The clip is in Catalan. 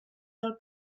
del